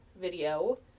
video